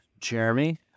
Jeremy